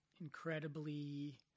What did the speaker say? incredibly